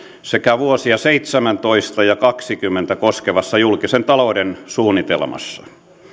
sekä vuosia seitsemäntoista ja kaksikymmentä koskevassa julkisen talouden suunnitelmassa